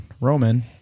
Roman